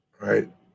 Right